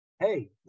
hey